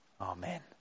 Amen